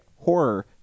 Horror